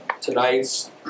tonight's